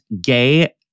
gay